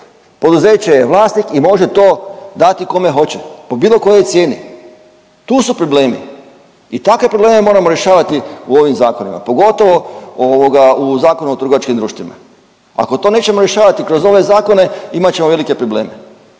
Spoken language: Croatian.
poduzeće je vlasnik i može to dati kome hoće po bilo kojoj cijeni. Tu su problemi i takve probleme moramo rješavati u ovim zakonima pogotovo ovoga u Zakonu u trgovačkim društvima. Ako to nećemo rješavati kroz ove zakone imat ćemo velike probleme.